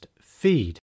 feed